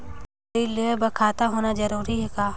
ऋण लेहे बर खाता होना जरूरी ह का?